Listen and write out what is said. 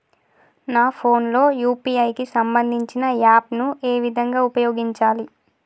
నా ఫోన్ లో యూ.పీ.ఐ కి సంబందించిన యాప్ ను ఏ విధంగా ఉపయోగించాలి?